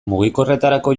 mugikorretarako